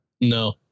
No